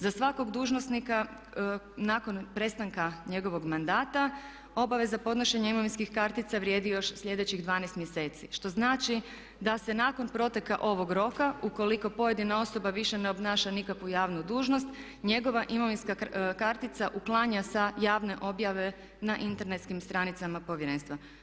Za svakog dužnosnika nakon prestanka njegovog mandata obaveza podnošenja imovinskih kartica vrijedi još sljedećih 12 mjeseci što znači da se nakon proteka ovog roka ukoliko pojedina osoba više ne obnaša nikakvu javnu dužnost njegova imovinska kartica uklanja sa javne objave na internetskim stranicama Povjerenstva.